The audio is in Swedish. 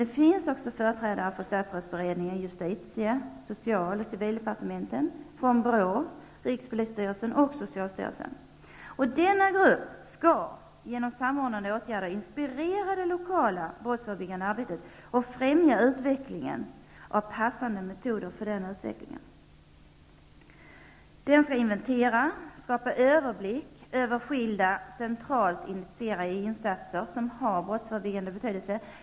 Det finns också företrädare för statsrådsberedningen, justitie-, social och civildepartementen, BRÅ, rikspolisstyrelsen och socialstyrelsen. Denna grupp skall genom samordnade åtgärder inspirera det lokala brottsförebyggandet arbetet och främja utvecklingen av passande metoder för den utvecklingen. Den skall inventera och skapa överblick över skilda centralt initierade insatser, som har brottsförebyggande betydelse.